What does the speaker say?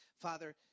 Father